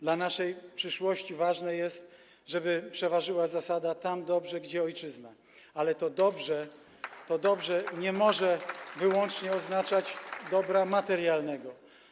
Dla naszej przyszłości ważne jest, żeby przeważyła zasada: tam dobrze, gdzie ojczyzna, ale to „dobrze” nie może wyłącznie oznaczać dobra materialnego.